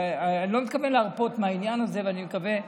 אני לא מתכוון להרפות מהעניין הזה ואני מקווה,